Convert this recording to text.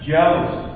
Jealous